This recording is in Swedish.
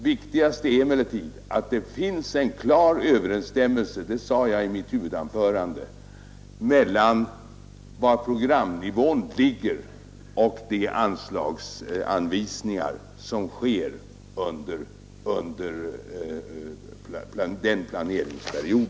Viktigast är emellertid att det finns en klar överensstämmelse — det sade jag i mitt huvudanförande — mellan var programnivån ligger och de anslagsanvisningar som sker under motsvarande planeringsperiod.